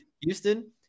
houston